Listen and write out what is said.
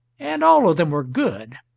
and all of them were good,